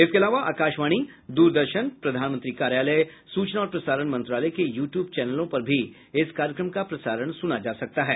इसके अलावा आकाशवाणी द्रदर्शन प्रधानमंत्री कार्यालय सूचना और प्रसारण मंत्रालय के य्र ट्यूब चैनलों पर भी इस कार्यक्रम का प्रसारण सुना जा सकता है